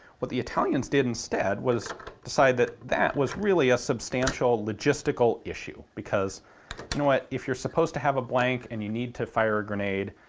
what the italians did instead was decide that that was really a substantial logistical issue. because you know what, if you're supposed to have a blank and you need to fire a grenade,